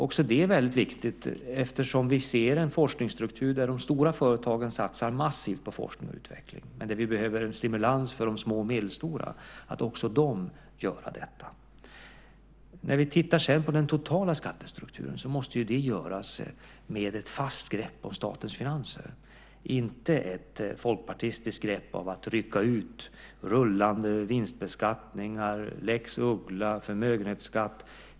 Också detta är viktigt, eftersom vi ser en forskningsstruktur där de stora företagen satsar massivt på forskning och utveckling. Men vi behöver en stimulans för de små och medelstora för att också dessa ska göra det. När vi tittar på den totala skattestrukturen så måste det göras med ett fast grepp om statens finanser. Det ska inte vara ett folkpartistiskt grepp där man rycker ut rullande vinstbeskattningar, lex Uggla och förmögenhetsskatt.